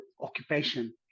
occupation